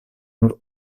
nur